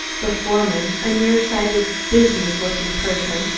the foreman, a near-sighted business-looking person,